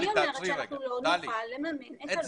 ואני אומרת שאנחנו לא נוכל לממן את עלות המרכז.